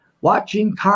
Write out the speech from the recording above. watching